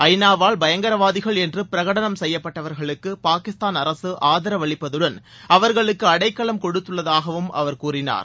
ஐ நா வால் பயங்கரவாதிகள் என்று பிரகடணம் செய்யப்பட்டவர்களுக்கு பாகிஸ்தான் அரசு ஆதரவளிப்பதுடன் அவர்களுக்கு அடைக்கலம் கொடுத்துள்ளதாகவும் அவர் கூறினார்